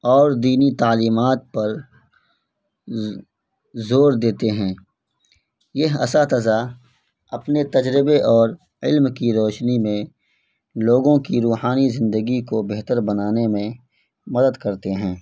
اور دینی تعلیمات پر زور دیتے ہیں یہ اساتذہ اپنے تجربہ اور علم کی روشنی میں لوگوں کی روحانی زندگی کو بہتر بنانے میں مدد کرتے ہیں